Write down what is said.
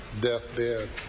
deathbed